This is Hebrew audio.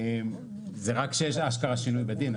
זה כשאשכרה יש שינויים בדין,